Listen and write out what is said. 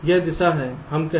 यह दिशा है हम कहें